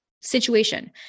situation